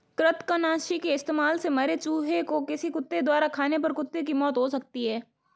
कृतंकनाशी के इस्तेमाल से मरे चूहें को किसी कुत्ते द्वारा खाने पर कुत्ते की मौत हो सकती है